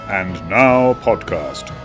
andnowpodcast